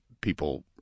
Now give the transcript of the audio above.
people